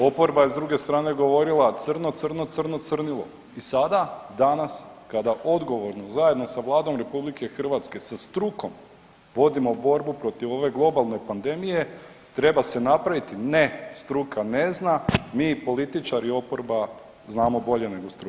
Oporba je, s druge strane govorila crno, crno, crno crnilo i sada danas kada odgovorno zajedno sa Vladom RH, sa strukom vodimo borbu protiv ove globalne pandemije, treba se napraviti, ne, struka ne zna, mi političari oporba znamo bolje nego struka.